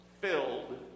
filled